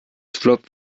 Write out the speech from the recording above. flop